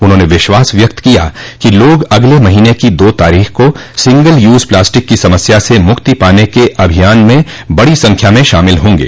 उन्होंने विश्वास व्यक्त किया कि लोग अगले महीने की दो तारीख को सिंगल यूज प्लास्टिक की समस्या से मुक्ति पाने के अभियान में बड़ी संख्या में शामिल होंगे